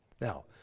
Now